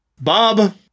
Bob